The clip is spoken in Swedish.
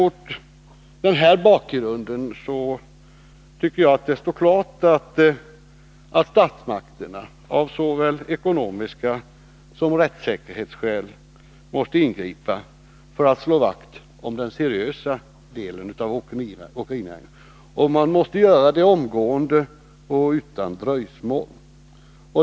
Mot den bakgrunden tycker jag att det står klart att statsmakterna av såväl ekonomiska skäl som rättssäkerhetsskäl måste ingripa för att slå vakt om den seriösa delen av åkerinäringen. Man måste göra det omgående, utan dröjsmål.